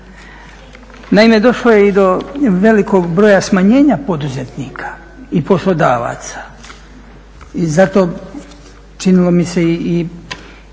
Naime, došlo je i do velikog broja smanjenja poduzetnika i poslodavaca i zato činilo mi se